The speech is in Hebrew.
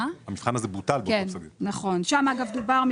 שם דובר,